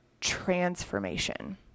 transformation